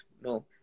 No